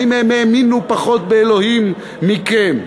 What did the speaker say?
האם הם האמינו פחות באלוהים מכם?